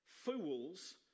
fools